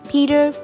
Peter